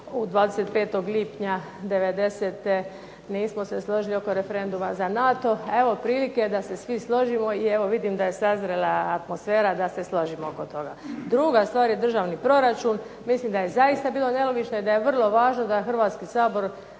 25. lipnja 1990., nismo se složili oko referenduma za NATO, a evo prilike da se svi složimo i vidim da je sazrela atmosfera da se složimo oko toga. Druga stvar je državni proračun. Mislim da je zaista bilo nelogično i da je vrlo važno da Hrvatski sabor